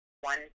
one